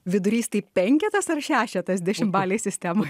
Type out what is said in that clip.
vidurys tai penketas ar šešetas dešimtbalėj sistemoj